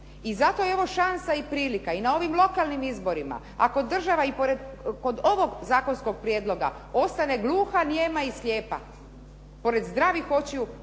I zato je evo šansa i prilika i na ovim lokalnim izborima ako država i kod ovog zakonskog prijedloga ostane gluha, nijema i slijepa pored zdravih očiju.